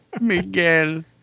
Miguel